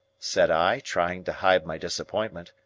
said i, trying to hide my disappointment.